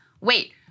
wait